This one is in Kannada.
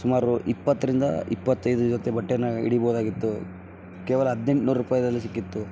ಸುಮಾರು ಇಪ್ಪತ್ತರಿಂದ ಇಪ್ಪತ್ತೈದು ಜೊತೆ ಬಟ್ಟೆನ ಇಡಬೋದಾಗಿತ್ತು ಕೇವಲ ಹದಿನೆಂಟುನೂರು ರೂಪಾಯಿದಲ್ಲಿ ಸಿಕ್ಕಿತ್ತು